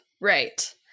right